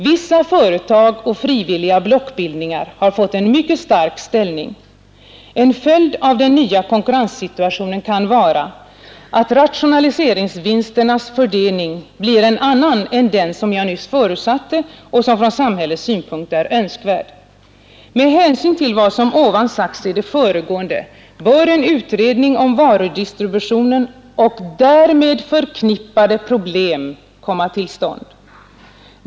Vissa företag och frivilliga blockbildningar har fått en mycket stark ställning. En följd av den nya konkurrenssituationen kan vara att rationaliseringsvinstens fördelning blir en annan än den som jag nyss förutsatte och som från samhällets synpunkt är önskvärd. Med hänsyn till vad som ovan sagts i det föregående bör en utredning om varudistributionen och därmed förknip pade problem komma till stånd.